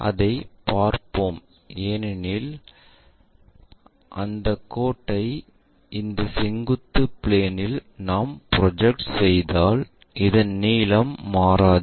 அதைப் பார்ப்போம் ஏனெனில் இந்த கோட்டை இந்த செங்குத்து பிளேன் இல் நாம் ப்ரொஜெக்ட் செய்தால் இந்த நீளம் மாறாது